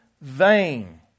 vain